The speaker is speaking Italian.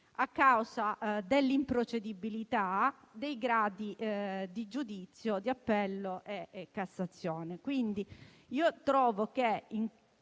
a causa dell'improcedibilità dei vari gradi di giudizio, in appello e in Cassazione.